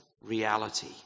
reality